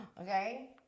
Okay